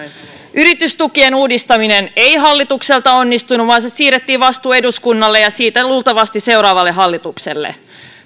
yritystukien uudistaminen ei hallitukselta onnistunut vaan siirrettiin vastuu eduskunnalle ja siitä luultavasti seuraavalle hallitukselle